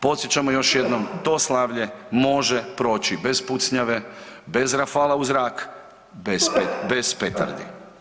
Podsjećamo još jednom, to slavlje može proći bez pucnjave, bez rafala u zrak, bez petardi.